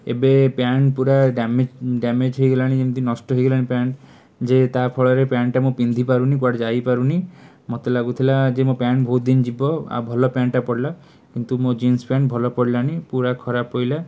ଏବେ ପ୍ୟାଣ୍ଟ ପୂରା ଡ୍ୟାମେଜ୍ ହେଇଗଲାଣି ଯେମିତି ନଷ୍ଟ ହେଇଗଲାଣି ପ୍ୟାଣ୍ଟ ଯେ ତା'ଫଳରେ ପ୍ୟାଣ୍ଟଟା ମୁଁ ପିନ୍ଧିପାରୁନି କୁଆଡ଼େ ଯାଇପାରୁନି ମୋତେ ଲାଗୁଥିଲା ଯେ ମୋ ପ୍ୟାଣ୍ଟ ବହୁତ ଦିନ ଯିବ ଆଉ ଭଲ ପ୍ୟାଣ୍ଟଟା ପଡ଼ିଲା କିନ୍ତୁ ମୋ ଜିନ୍ସ ପ୍ୟାଣ୍ଟ ଭଲ ପଡ଼ିଲାନି ପୂରା ଖରାପ ପଡ଼ିଲା